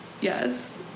Yes